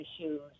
issues